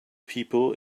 people